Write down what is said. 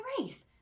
race